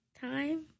time